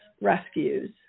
rescues